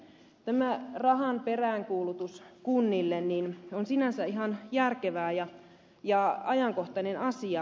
tämän rahan peräänkuulutus kunnille on sinänsä ihan järkevää ja ajankohtainen asia